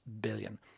billion